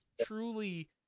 truly